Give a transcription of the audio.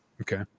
Okay